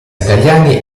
italiani